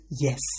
Yes